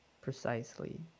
precisely